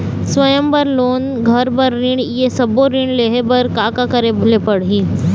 स्वयं बर लोन, घर बर ऋण, ये सब्बो ऋण लहे बर का का करे ले पड़ही?